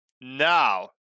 Now